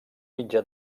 mitjà